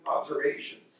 observations